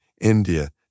India